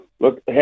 Look